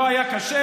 לא היה קשה?